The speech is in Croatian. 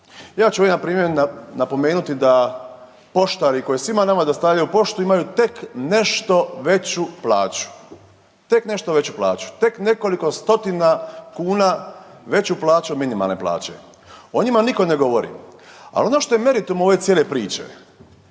jedan primjer napomenuti da poštari, koji svima nama dostavljaju poštu imaju tek nešto veću plaću. Tek nešto veću plaću, tek nekoliko stotina kuna veću plaću od minimalne plaće. O njima nitko ne govori. Ali, ono što je meritum ove cijele priče,